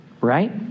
Right